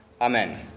amen